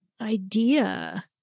idea